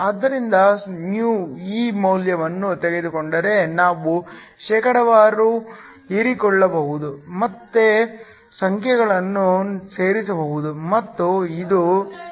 ಆದ್ದರಿಂದ μ ಈ ಮೌಲ್ಯವನ್ನು ತೆಗೆದುಕೊಂಡರೆ ನಾವು ಶೇಕಡಾವಾರು ಹೀರಿಕೊಳ್ಳಬಹುದು ಮತ್ತೆ ಸಂಖ್ಯೆಗಳನ್ನು ಸೇರಿಸಬಹುದು ಮತ್ತು ಇದು 93